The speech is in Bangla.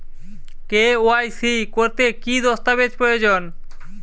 কে.ওয়াই.সি করতে কি দস্তাবেজ প্রয়োজন?